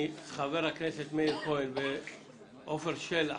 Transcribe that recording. חברי הכנסת מאיר כהן ועפר שלח